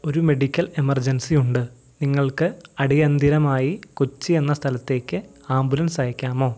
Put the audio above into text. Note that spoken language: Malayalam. ഒരു മെഡിക്കൽ എമർജൻസി ഉണ്ട് നിങ്ങൾക്ക് അടിയന്തിരമായി കൊച്ചി എന്ന സ്ഥലത്തേക്ക് ആംബുലൻസ് അയയ്ക്കാമോ